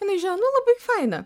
jinai žino nu labai faina